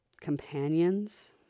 companions